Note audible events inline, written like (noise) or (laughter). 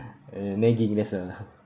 uh nagging that's uh (laughs)